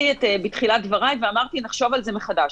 בתחילת דבריי אמרתי שנחשוב על זה מחדש,